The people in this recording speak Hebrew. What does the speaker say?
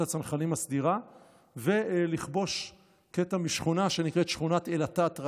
הצנחנים הסדירה ולכבוש קטע משכונה שנקראת שכונת אל-עטטרה,